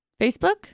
Facebook